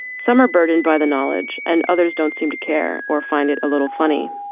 some are burdened by the knowledge and others don't seem to care or find it a little funny.